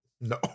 No